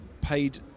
paid